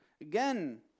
Again